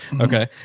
okay